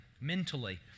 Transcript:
mentally